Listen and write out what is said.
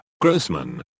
Grossman